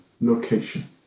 location